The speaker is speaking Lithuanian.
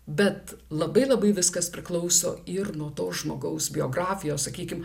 bet labai labai viskas priklauso ir nuo to žmogaus biografijos sakykim